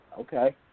okay